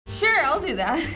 sure, i'll do that!